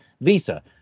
Visa